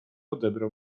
odebrał